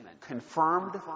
confirmed